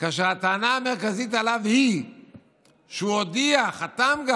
כאשר הטענה המרכזית עליו היא שהוא הודיע, וגם חתם,